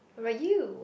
how about you